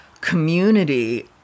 community